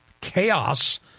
chaos